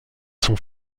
sont